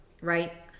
right